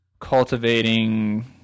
cultivating